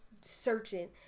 searching